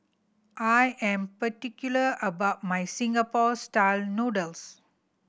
I am particular about my Singapore Style Noodles